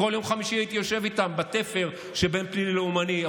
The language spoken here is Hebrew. בכל יום חמישי הייתי יושב איתם בתפר של בין פלילי ללאומני.